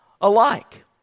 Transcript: alike